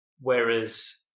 Whereas